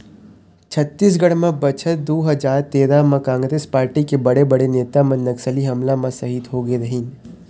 छत्तीसगढ़ म बछर दू हजार तेरा म कांग्रेस पारटी के बड़े बड़े नेता मन नक्सली हमला म सहीद होगे रहिन